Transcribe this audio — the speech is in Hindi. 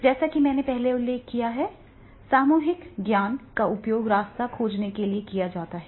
जैसा कि मैंने पहले उल्लेख किया है सामूहिक ज्ञान का उपयोग रास्ता खोजने के लिए किया जा सकता है